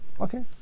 Okay